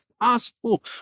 possible